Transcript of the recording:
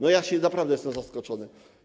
No ja naprawdę jestem zaskoczony.